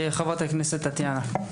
חברת הכנסת טטיאנה.